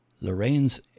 Lorraine's